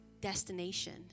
destination